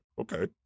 Okay